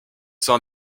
sein